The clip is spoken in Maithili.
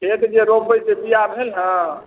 से तऽ जे रोपबै से बीया भेल हइ